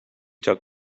took